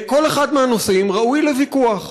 כל אחד מהנושאים ראוי לוויכוח,